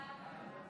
הצבעה.